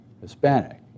Hispanic